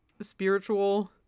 spiritual